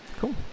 Cool